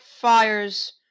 Fires